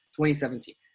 2017